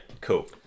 cool